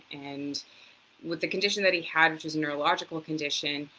and with the condition that he had, which was a neurological condition,